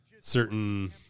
certain